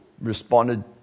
responded